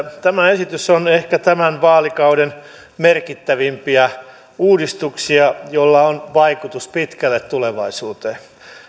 tämä esitys on ehkä tämän vaalikauden merkittävimpiä uudistuksia jolla on vaikutus pitkälle tulevaisuuteen